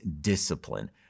discipline